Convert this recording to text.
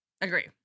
agree